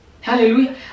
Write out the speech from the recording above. Hallelujah